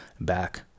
back